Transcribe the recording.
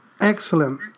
Excellent